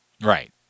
Right